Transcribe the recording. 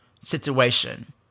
situation